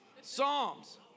Psalms